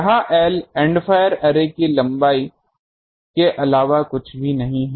यह L end fire की लंबाई अर्रे लंबाई के अलावा कुछ भी नहीं है